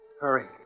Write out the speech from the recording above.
Hurry